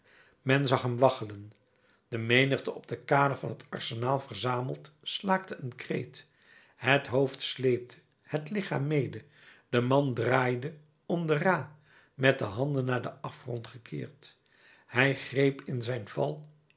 men zag hem waggelen de menigte op de kade van het arsenaal verzameld slaakte een kreet het hoofd sleepte het lichaam mede de man draaide om de ra met de handen naar den afgrond gekeerd hij greep in zijn val